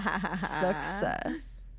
Success